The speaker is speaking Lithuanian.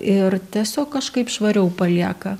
ir tiesiog kažkaip švariau palieka